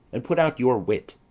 and put out your wit.